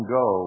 go